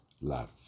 love